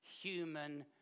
human